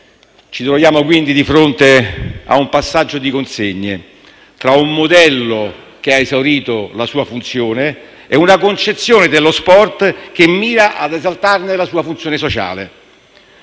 Ci troviamo, quindi, di fronte a un passaggio di consegne tra un modello che ha esaurito la sua funzione e una concezione dello sport che mira ad esaltarne la sua funzione sociale.